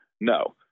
No